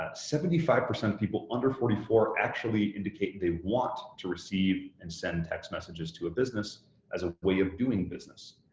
ah seventy five percent of people under forty four actually indicate they want to receive and send text messages to a business as a way of doing business.